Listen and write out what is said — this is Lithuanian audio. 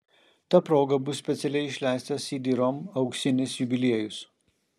ta proga bus specialiai išleistas cd rom auksinis jubiliejus